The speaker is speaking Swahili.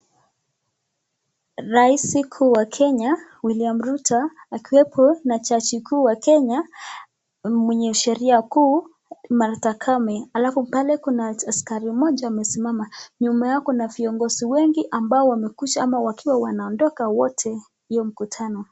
Rais kuu wa Kenya William Ruto akiwepo na jaji kuu wa Kenya mwenye sheria kuu Martha Koome, alafu pale kuna askari mmoja amesimama. Nyuma yao kuna viongozi wengi ambao wakuja ama wakiwa wanaondoka wote hiyo mkutano.